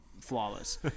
flawless